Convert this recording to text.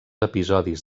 episodis